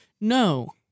no